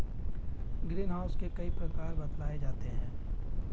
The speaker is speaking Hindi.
ग्रीन हाउस के कई प्रकार बतलाए जाते हैं